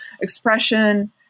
expression